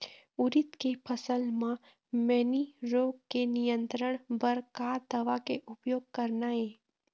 उरीद के फसल म मैनी रोग के नियंत्रण बर का दवा के उपयोग करना ये?